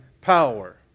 power